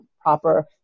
proper